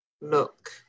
look